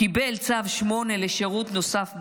קיבל צו 8 לשירות נוסף ברפיח,